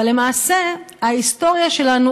אבל למעשה ההיסטוריה שלנו,